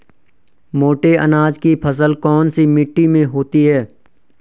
मोटे अनाज की फसल कौन सी मिट्टी में होती है?